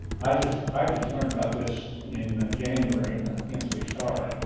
i just i just learned about this in january in the kansas city star.